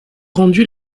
rendu